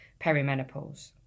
perimenopause